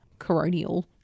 coronial